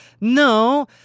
No